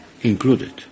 included